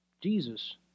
Jesus